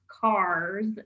cars